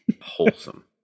Wholesome